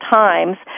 times